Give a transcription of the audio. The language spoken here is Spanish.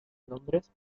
londres